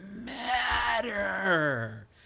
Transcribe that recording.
matter